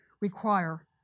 require